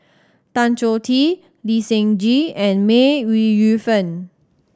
Tan Choh Tee Lee Seng Gee and May Ooi Yu Fen